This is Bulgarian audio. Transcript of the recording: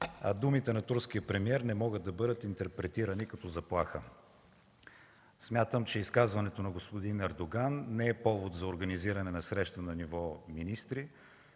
а думите на турския премиер не могат да бъдат интерпретирани като заплаха. Смятам, че изказването на господин Ердоган не е повод за организиране на среща на ниво министри,